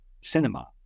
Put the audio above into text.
cinema